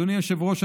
אדוני היושב-ראש,